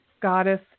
goddess